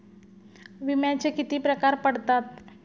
विम्याचे किती प्रकार पडतात?